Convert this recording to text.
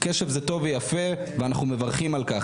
קשב זה טוב ויפה ואנחנו מברכים על כך,